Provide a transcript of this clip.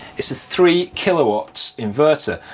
it's a three kilowatt inverter.